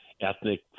ethnic